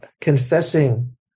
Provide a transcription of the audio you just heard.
confessing